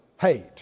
hate